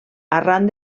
arran